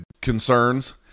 concerns